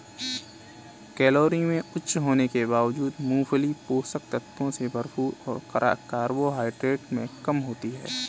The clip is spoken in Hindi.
कैलोरी में उच्च होने के बावजूद, मूंगफली पोषक तत्वों से भरपूर और कार्बोहाइड्रेट में कम होती है